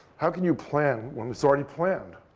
how can you plan when it's already planned?